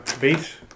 base